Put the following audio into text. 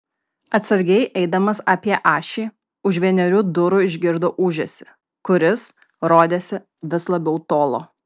atsargiai eidamas apie ašį už vienerių durų išgirdo ūžesį kuris rodėsi vis labiau tolo